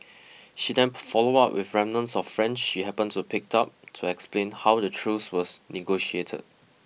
she then followed up with remnants of French she happened to picked up to explain how the truce was negotiated